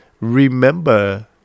remember